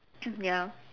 ya